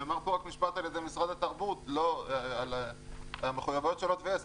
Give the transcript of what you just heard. נאמר פה משפט על ידי משרד התרבות על המחויבויות של הוט ויס.